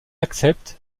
accepte